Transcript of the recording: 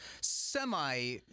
semi